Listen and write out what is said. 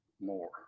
more